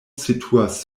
situas